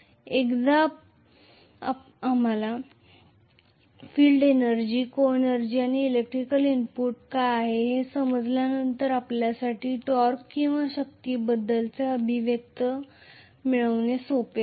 एकदा आम्हाला field energy सहऊर्जा को एनर्जी आणि इलेक्ट्रिकल इनपुट काय आहे हे समजल्यानंतर आपल्यासाठी टॉर्क किंवा शक्तीबद्दलचे अभिव्यक्ती मिळवणे सोपे होईल